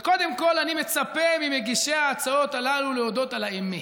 וקודם כול אני מצפה ממגישי ההצעות הללו להודות על האמת,